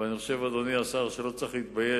ואני חושב, אדוני השר, שלא צריך להתבייש